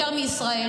יותר מישראל,